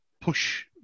push